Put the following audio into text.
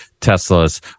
Tesla's